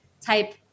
type